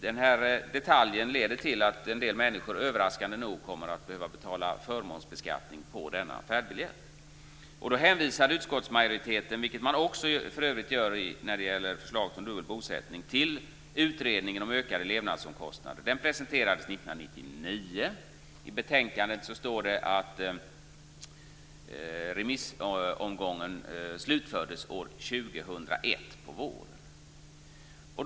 Den här detaljen leder till att en del människor överraskande nog kommer att få betala förmånsbeskattning för denna färdbiljett. Då hänvisar utskottsmajoriteten, vilket man också gör när det gäller förslaget om dubbel bosättning, till utredningen om ökade levnadsomkostnader. Den presenterades I betänkandet står det att remissomgången slutfördes under våren 2001.